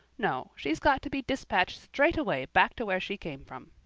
no, she's got to be despatched straight-way back to where she came from.